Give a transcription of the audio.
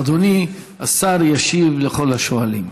אדוני השר ישיב לכל השואלים.